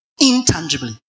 intangibly